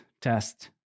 test